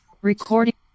Recording